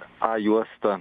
a juosta